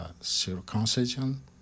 circumcision